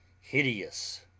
hideous